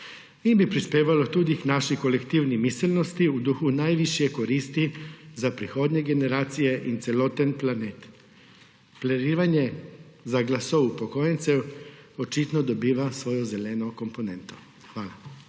In prispevalo bi tudi k naši kolektivni miselnosti v duhu najvišje koristi za prihodnje generacije in celoten planet. Prerivanje za glasove upokojencev očitno dobiva svojo zeleno komponento. Hvala.